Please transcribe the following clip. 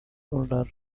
older